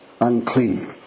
unclean